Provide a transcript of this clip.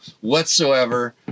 whatsoever